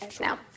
now